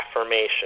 affirmation